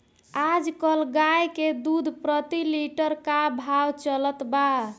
आज कल गाय के दूध प्रति लीटर का भाव चलत बा?